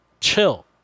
chill